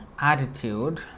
attitude